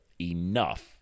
enough